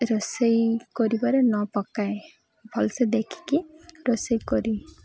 ରୋଷେଇ କରିବାରେ ନ ପକାଏ ଭଲସେ ଦେଖିକି ରୋଷେଇ କରି